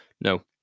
no